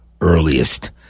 earliest